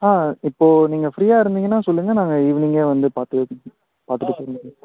ஆ இப்போ நீங்கள் ஃப்ரீயாக இருந்திங்கன்னா சொல்லுங்கள் நாங்கள் ஈவினிங்கே வந்து பார்த்து பார்த்துட்டு போயிடுவோம் சார்